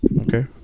okay